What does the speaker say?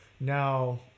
now